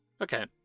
Okay